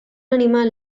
animal